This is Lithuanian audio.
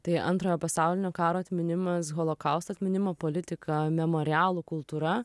tai antrojo pasaulinio karo atminimas holokausto atminimo politika memorialų kultūra